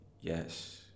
yes